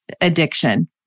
addiction